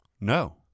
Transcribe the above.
No